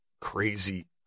crazy